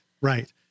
Right